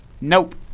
Nope